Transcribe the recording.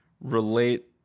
relate